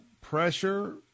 pressure